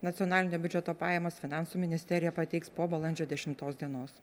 nacionalinio biudžeto pajamas finansų ministerija pateiks po balandžio dešimtos dienos